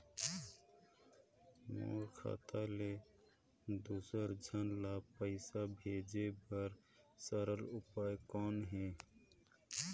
मोर खाता ले दुसर झन ल पईसा भेजे बर सरल उपाय कौन हे?